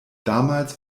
damals